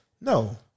No